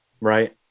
right